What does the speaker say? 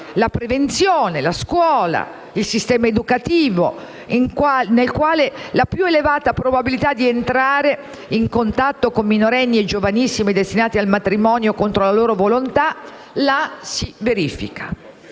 la prevenzione, la scuola, il sistema educativo, nel quale è più elevata la probabilità di entrare in contatto con minorenni e giovanissime destinate al matrimonio contro la loro volontà. Si tratta